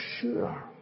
sure